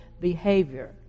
behavior